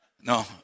No